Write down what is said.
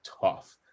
tough